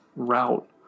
Route